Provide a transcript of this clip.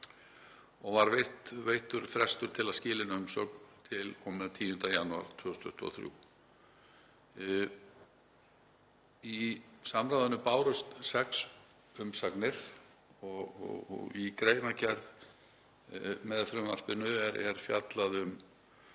og veittur frestur til að skila inn umsögn til og með 10. janúar 2023. Í samráðinu bárust sex umsagnir og í greinargerð með frumvarpinu er fjallað